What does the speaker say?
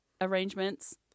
arrangements